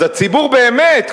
אז הציבור באמת,